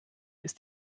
ist